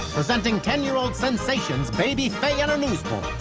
presenting ten year old sensation baby faye and her newsboys.